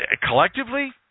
Collectively